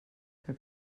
que